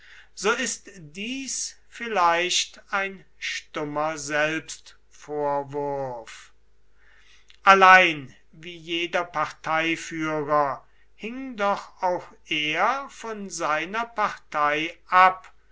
so ist dies vielleicht ein stummer selbstvorwurf allein wie jeder parteiführer hing doch auch er von seiner partei ab